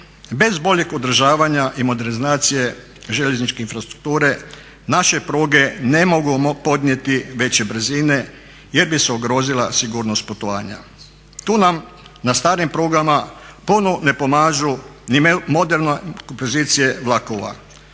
Bez boljeg održavanja i modernizacije željezničke infrastrukture naše pruge ne mogu podnijeti veće brzine jer bi se ugrozila sigurnost putovanja. Tu nam na starim prugama puno ne pomažu ni moderne kompozicije vlakova.